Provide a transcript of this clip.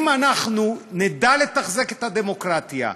אם אנחנו נדע לתחזק את הדמוקרטיה,